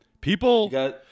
People